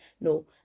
no